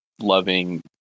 loving